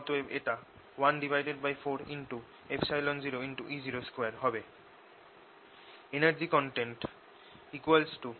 অতএব এটা 140E02